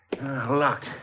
Locked